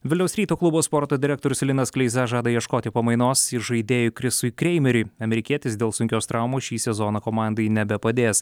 vilniaus ryto klubo sporto direktorius linas kleiza žada ieškoti pamainos įžaidėjui krisui kreimeriui amerikietis dėl sunkios traumos šį sezoną komandai nebepadės